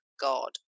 God